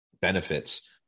benefits